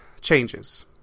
changes